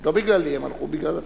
לא בגללי הם הלכו, בגלל עצמם.